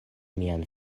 mian